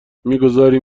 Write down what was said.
میگذارید